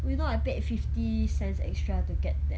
oh you know I paid fifty cents extra to get that